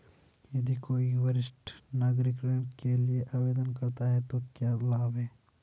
यदि कोई वरिष्ठ नागरिक ऋण के लिए आवेदन करता है तो क्या लाभ हैं?